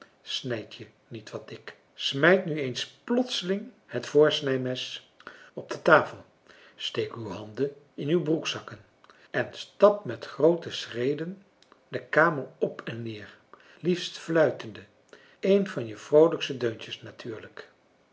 snijd je niet wat dik smijt nu eens plotseling het voorsnijmes op de tafel steek uw handen in uw broekzakken en stap met groote schreden de kamer op en neer liefst fluitende een van je vroolijkste deuntjes natuurlijk